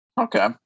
Okay